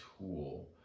tool